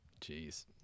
Jeez